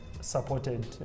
supported